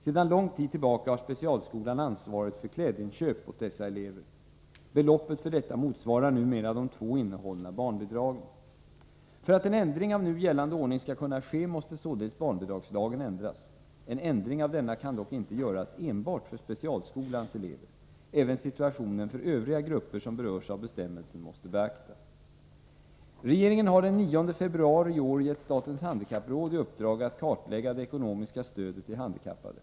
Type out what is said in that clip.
Sedan lång tid tillbaka har specialskolan ansvaret för klädinköp åt dessa elever. Beloppet för detta motsvarar numera de två innehållna barnbidragen. För att en ändring av nu gällande ordning skall kunna ske måste således barnbidragslagen ändras. En ändring av denna kan dock inte göras enbart för specialskolans elever. Även sitautionen för övriga grupper som berörs av bestämmelsen måste beaktas. Regeringen har den 9 februari 1984 gett statens handikappråd i uppdrag att kartlägga det ekonomiska stödet till handikappade.